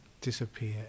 disappear